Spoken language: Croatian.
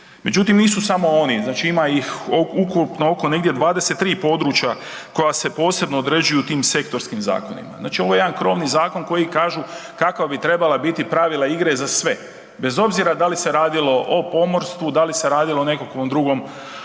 Međutim, nisu samo oni, znači ima ih ukupno oko negdje 23 područja koja se posebno određuju u tim sektorskim zakonima. Znači ovo je jedan krovni zakon koji kažu kakva bi trebala biti pravila igre za sve, bez obzira da li se radilo o pomorstvu, da li se radilo o nekakvom drugom, o